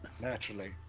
naturally